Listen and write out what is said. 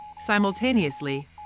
simultaneously